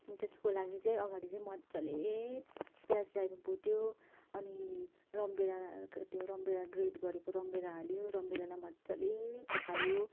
त्यसको लागि चाहिँ अगाडि चाहिँ मज्जाले प्याजलाई भुट्यो अनि रामभेडा त्यो रामभेडा ग्रेट गरेको रामभेडा हाल्यो रामभेडालाई मज्जाले पकायो